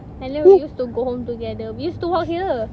and then we used to go home together we used to walk here